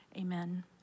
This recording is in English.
amen